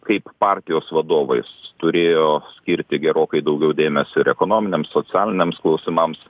kaip partijos vadovas turėjo skirti gerokai daugiau dėmesio ir ekonominiams socialiniams klausimams